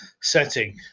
setting